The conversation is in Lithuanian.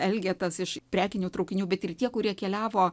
elgetas iš prekinių traukinių bet ir tie kurie keliavo